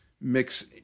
mix